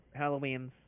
Halloweens